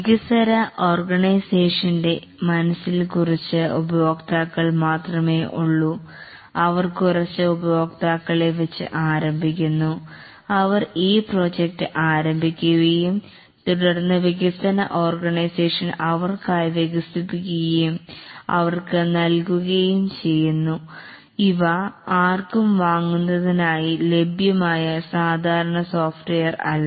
വികസ്വര ഓർഗനൈസേഷൻറെ മനസ്സിൽ കുറച്ച് ഉപയോക്താക്കൾ മാത്രമേ ഉള്ളൂ അവർ കുറച്ച് ഉപയോക്താക്കളെ വെച്ച് ആരംഭിക്കുന്നു അവർ ഈ പ്രോജക്ട് ആരംഭിക്കുകയും തുടർന്ന് വികസന ഓർഗനൈസേഷൻ അവർക്കായി വികസിപ്പിക്കുകയും അവർക്ക് നൽകുകയും ചെയ്യുന്നു ഇവ ആർക്കും വാങ്ങുന്നതിനായി ലഭ്യമായ സാധാരണ സോഫ്റ്റ്വെയർ അല്ല